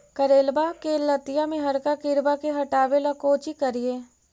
करेलबा के लतिया में हरका किड़बा के हटाबेला कोची करिए?